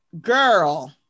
Girl